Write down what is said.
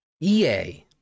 EA